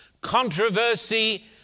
controversy